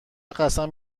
قسم